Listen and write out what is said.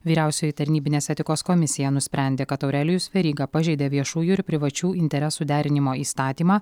vyriausioji tarnybinės etikos komisija nusprendė kad aurelijus veryga pažeidė viešųjų ir privačių interesų derinimo įstatymą